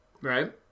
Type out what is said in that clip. Right